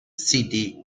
city